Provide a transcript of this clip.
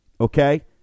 Okay